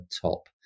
top